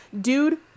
dude